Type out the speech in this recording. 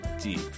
deep